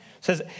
says